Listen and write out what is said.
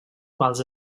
quals